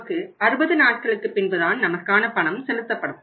நமக்கு 60 நாட்களுக்குப் பின்பு தான் நமக்கான பணம் செலுத்தப்படும்